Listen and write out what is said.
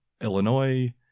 Illinois